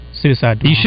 suicide